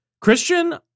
Christian